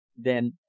Then—